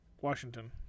Washington